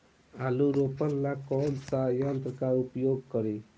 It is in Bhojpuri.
आलू रोपे ला कौन सा यंत्र का प्रयोग करी?